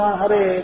Hare